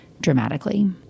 dramatically